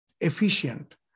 efficient